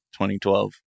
2012